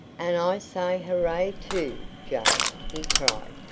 and i say hurray too, joe, he cried.